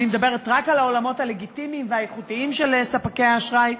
אני מדברת רק על העולמות הלגיטימיים והאיכותיים של ספקי האשראי.